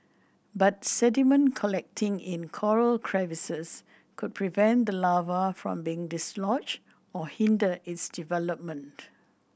but sediment collecting in coral crevices could prevent the larva from being dislodged or hinder its development